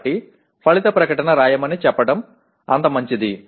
కాబట్టి ఫలిత ప్రకటన రాయమని చెప్పడం అంత మంచిది